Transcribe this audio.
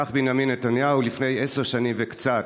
כך בנימין נתניהו לפני עשר שנים וקצת.